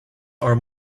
are